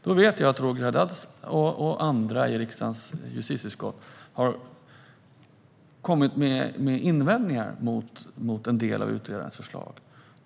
Jag vet att Roger Haddad och andra i riksdagens justitieutskott har kommit med invändningar mot en del av utredarens förslag.